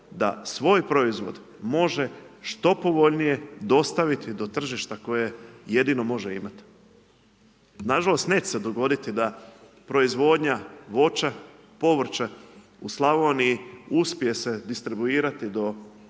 da svoj proizvod može što povoljnije dostaviti do tržišta koje jedino može imat. Nažalost neće se dogoditi da proizvodnja voća, povrća u Slavoniji uspije se distribuirati do najvećih